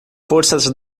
forças